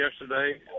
yesterday